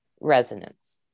resonance